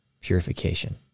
purification